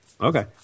Okay